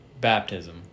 baptism